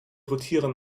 rotieren